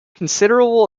considerable